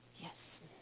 Yes